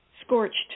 scorched